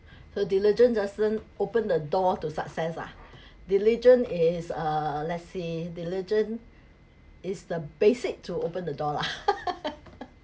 so diligence doesn't open the door to success lah diligence is err let's see diligence is the basic to open the door lah